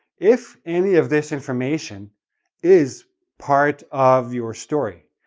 if any of this information is part of your story.